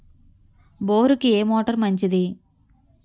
బోరుకి ఏ మోటారు మంచిది?